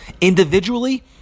individually